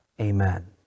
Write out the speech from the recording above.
Amen